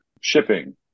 shipping